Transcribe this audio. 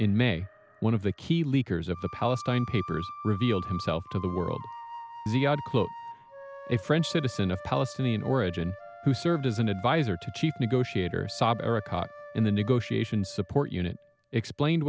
in may one of the key leaders of the palestine papers revealed himself to the world a french citizen of palestinian origin who served as an advisor to chief negotiator saeb erekat in the negotiation support unit explained